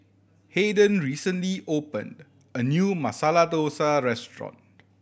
Hayden recently opened a new Masala Dosa Restaurant